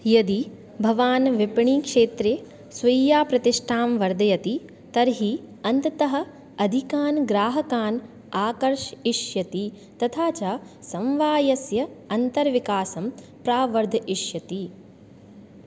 यदि भवान् विपणिक्षेत्रे स्वीयां प्रतिष्ठां वर्धयति तर्हि अन्ततः अधिकान् ग्राहकान् आकर्षयिष्यति तथा च संवादस्य अन्तर्विकासं प्रावर्धयिष्यति